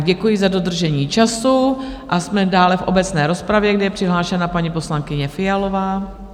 Děkuji za dodržení času a jsme dále v obecné rozpravě, kde je přihlášena paní poslankyně Fialová.